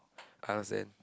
I understand